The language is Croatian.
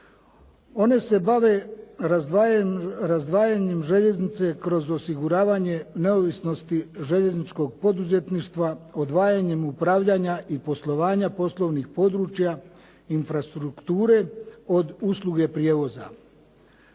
one se bave razdvajanjem željeznice kroz osiguravanjem neovisnosti željezničkog poduzetništva, odvajanjem upravljanja i poslovanja poslovnih područja infrastrukture od usluge prijevoza.